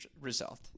result